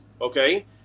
okay